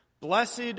Blessed